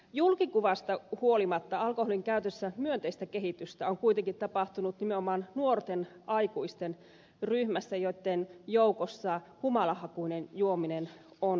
julkikuvasta huolimatta alkoholin käytössä myönteistä kehitystä on kuitenkin tapahtunut nimenomaan nuorten aikuisten ryhmässä joitten joukossa humalahakuinen juominen on vähentynyt